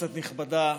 כנסת נכבדה,